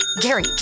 Gary